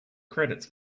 credits